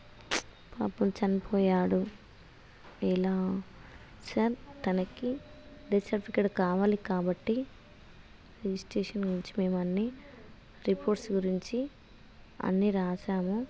పాపం చనిపోయాడు ఎలా సర్ తనకి డెత్ సర్టిఫికెట్ కావాలి కాబట్టి రిజిస్టేషన్ గురించి మేము అన్నీ రిపోర్ట్స్ గురించి అన్నీ రాశాము